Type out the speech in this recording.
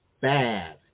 bad